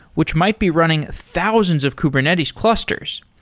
which might be running thousands of kubernetes clusters.